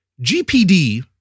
GPD